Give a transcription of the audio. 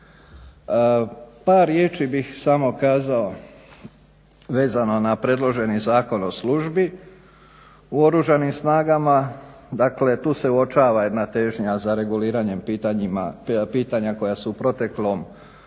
Par riječi bih samo kazao vezano na predloženi Zakon o službi u Oružanim snagama. Dakle, tu se uočava jedna težnja za reguliranjem pitanja koja su u proteklom